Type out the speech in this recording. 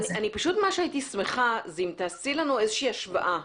הייתי שמחה אם תעשי לנו איזושהי השוואה.